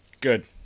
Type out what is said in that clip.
good